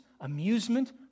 amusement